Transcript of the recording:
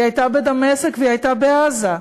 והיא הייתה בדמשק והיא הייתה בעזה.